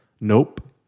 Nope